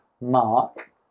Mark